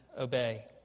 obey